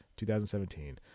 2017